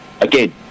again